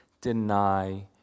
deny